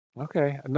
Okay